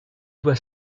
doit